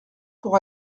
pour